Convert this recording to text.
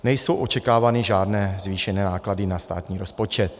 Nejsou očekávány žádné zvýšené náklady na státní rozpočet.